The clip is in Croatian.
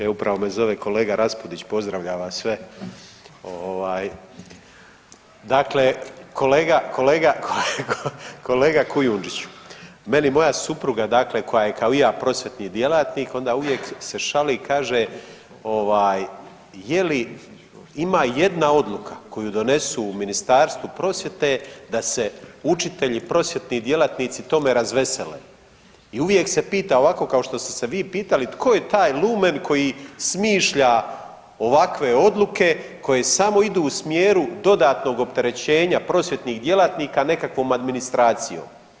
Evo upravo me zove kolega Raspudić, pozdravlja vas sve, ovaj dakle kolega, kolega Kujundžiću meni moja supruga dakle koja je kao i ja prosvjetni djelatnik onda uvijek se šali kaže ovaj je li ima jedna odluka koju donesu u Ministarstvu prosvjete da se učitelji i prosvjetni djelatnici tome razvesele i uvijek se pita ovako kao što ste se vi pitali tko je taj lumen koji smišlja ovakve odluke koje samo idu u smjeru dodatnog opterećenja prosvjetnih djelatnika nekakvom administracijom.